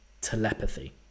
telepathy